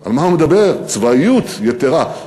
על מה הוא מדבר, צבאיות יתרה.